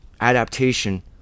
Adaptation